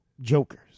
Jokers